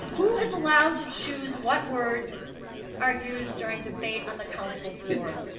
who is allowed to choose what words are used during debate on the council floor?